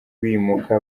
bimuka